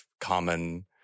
common